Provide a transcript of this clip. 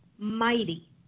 mighty